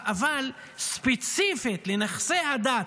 אבל ספציפית לנכסי הדת,